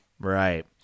Right